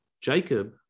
Jacob